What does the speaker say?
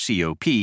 COP